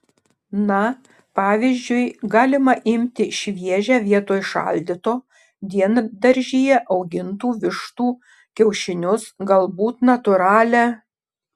na pavyzdžiui galima imti šviežią vietoj šaldyto diendaržyje augintų vištų kiaušinius galbūt natūralią